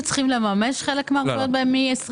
הצעת אישור הארכת תקופת ערבות המדינה והרחבת מסגרת